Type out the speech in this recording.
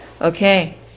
Okay